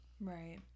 Right